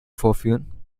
vorführen